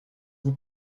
vous